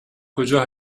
کجا